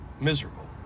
miserable